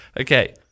okay